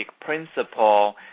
principle